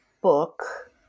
book